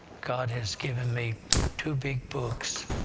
god has given me two big books,